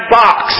box